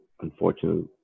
unfortunately